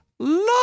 love